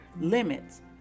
limits